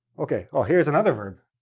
okay. oh, here's another verb,